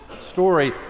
story